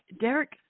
Derek